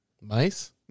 Mice